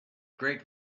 great